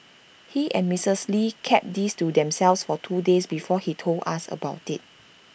he and Mistress lee kept this to themselves for two days before he told us about IT